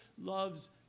loves